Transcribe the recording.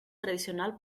tradicional